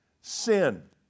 sin